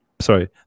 sorry